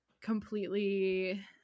completely